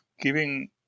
giving